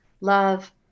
love